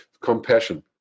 Compassion